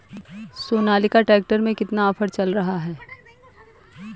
Sonalika tractor में कितना offer चल रहा है?